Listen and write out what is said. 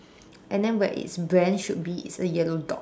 and then where it drenched should be it's a yellow dot